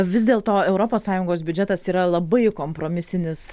vis dėlto europos sąjungos biudžetas yra labai kompromisinis